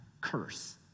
curse